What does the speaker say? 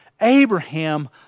Abraham